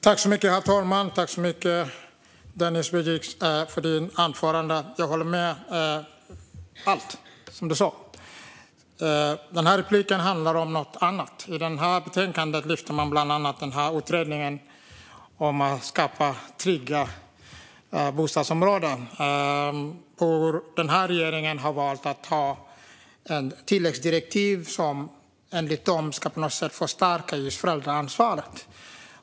Herr talman! Tack, Denis Begic, för anförandet! Jag håller med om allt. Den här repliken handlar om något annat. I betänkandet lyfter man bland annat fram utredningen om att skapa trygga bostadsområden. Regeringen har valt att lämna tilläggsdirektiv som enligt dem på något sätt ska förstärka föräldraansvaret.